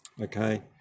Okay